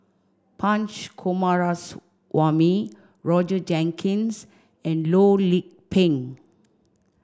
Punch Coomaraswamy Roger Jenkins and Loh Lik Peng